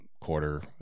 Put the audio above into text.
quarter